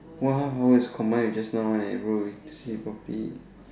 !wah! it's combined with just now leh bro see properly